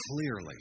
clearly